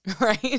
right